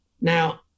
Now